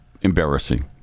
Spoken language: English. embarrassing